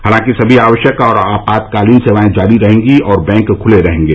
हालांकि सभी आवश्यक और आपातकालीन सेवाएं जारी रहेंगी और बैंक खुले रहेंगे